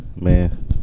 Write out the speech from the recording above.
man